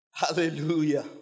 Hallelujah